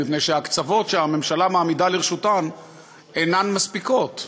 מפני שההקצבות שהממשלה מעמידה לרשותן אינן מספיקות,